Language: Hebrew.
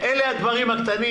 הקטנים